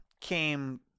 came